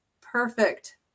perfect